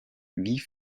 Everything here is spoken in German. wie